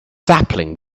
sapling